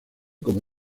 como